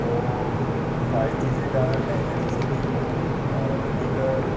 पोइ five G जे कारण एन एफ सी बि मो अ वधीक